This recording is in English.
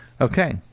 okay